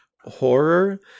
horror